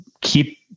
keep